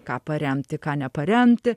ką paremti ką neparemti